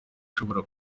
ishobora